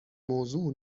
موضوع